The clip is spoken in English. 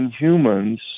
inhumans